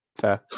Fair